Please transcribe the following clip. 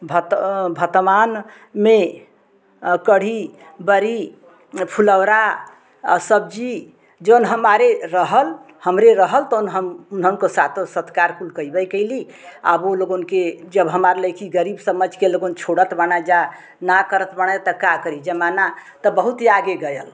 भत वर्तमान में कढ़ी बरी फुलौरा और सब्जी जवन हमारे रहल हमरे रहल तौन हम उनहन को सातों सत्कार कुल कइबै कइली अब ओ लोगन के जब हमार लइकी गरीब समझ के लोगन छोड़त बनै जा ना करत बणै ता का करी जमाना तो बहुत ही आगे गयल